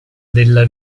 della